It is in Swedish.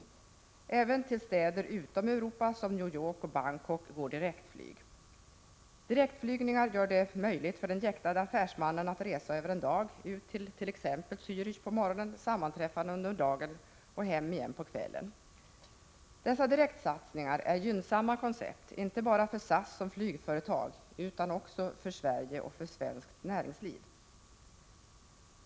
Även till städer utom Europa, som till New York och Bangkok, går direktflyg. Direktflygningar gör det möjligt för den jäktade affärsmannen att resa över en dag ut till t.ex. Zärich på morgonen, sammanträffa under dagen och åka hem igen på kvällen. Dessa direktsatsningar är gynnsamma koncept inte bara för SAS som flygföretag utan också för Sverige och svenskt näringsliv.